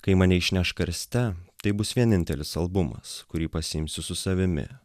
kai mane išneš karste tai bus vienintelis albumas kurį pasiimsiu su savimi